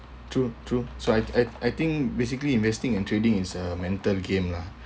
true true so I I I think basically investing and trading is uh mental game lah